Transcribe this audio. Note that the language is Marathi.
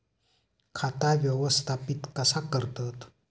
खाता व्यवस्थापित कसा करतत?